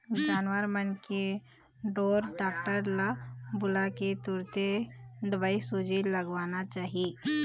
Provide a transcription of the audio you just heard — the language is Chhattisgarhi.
जानवर मन के ढोर डॉक्टर ल बुलाके तुरते दवईसूजी लगवाना चाही